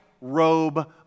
robe